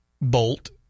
bolt